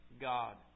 God